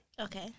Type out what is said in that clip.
Okay